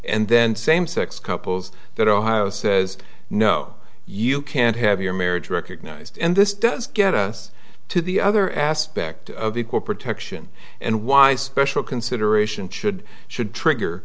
and then same sex couples that ohio says no you can't have your marriage recognized and this does get us to the other aspect of equal protection and why special consideration should should trigger